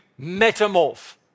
metamorph